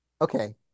Okay